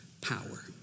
power